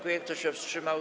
Kto się wstrzymał?